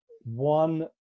one